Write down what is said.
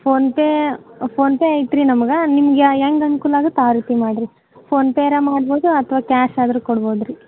PhonePe PhonePe ಐತ್ರೀ ನಮ್ಗೆ ನಿಮಗೆ ಯ ಹೆಂಗ್ ಅನುಕೂಲ ಆಗುತ್ತೆ ಆ ರೀತಿ ಮಾಡಿರಿ ಫೋನ್ಪೇ ಆರಾ ಮಾಡ್ಬೋದು ಅಥವಾ ಕ್ಯಾಶ್ ಆದರೂ ಕೊಡ್ಬೋದು ರೀ